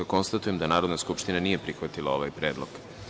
Konstatujem da Narodna skupština nije prihvatila ovaj predlog.